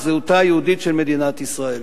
על זהותה היהודית של מדינת ישראל.